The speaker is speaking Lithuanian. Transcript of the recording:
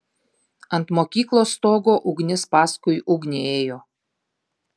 ant mokyklos stogo ugnis paskui ugnį ėjo